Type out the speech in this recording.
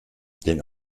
den